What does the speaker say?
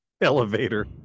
elevator